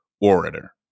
orator